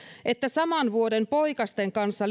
että saman vuoden poikasten kanssa